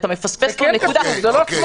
אתה מפספס פה נקודה -- זה כן קשור.